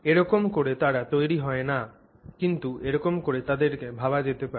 এরকম করে তারা তৈরি হয় না কিন্তু এরকম করে তাদেরকে ভাবা যেতে পারে